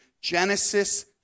Genesis